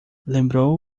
lembrou